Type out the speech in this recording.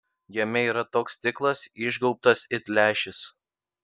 jame yra toks stiklas išgaubtas it lęšis